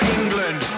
England